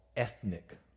Ethnic